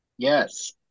Yes